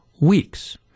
weeks